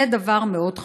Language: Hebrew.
זה דבר מאוד חשוב.